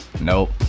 Nope